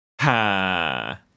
Ha